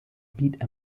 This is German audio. beat